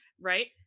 right